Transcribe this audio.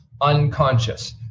unconscious